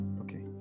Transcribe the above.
okay